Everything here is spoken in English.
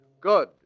good